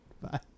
Bye